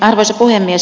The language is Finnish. arvoisa puhemies